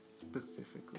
specifically